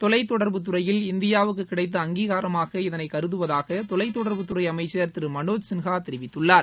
தொலைத் தொடர்புத் துறையில் இந்தியாவுக்கு கிடைத்த அங்கீகாரமாக இதனை கருதுவதாக தொலைத் தொடர்புத்துறை அமைச்சர் திரு மனோஜ் சின்ஹா தெரிவித்துள்ளார்